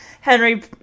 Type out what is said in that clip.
Henry